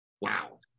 Wow